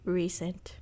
recent